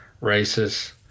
races